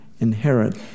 inherit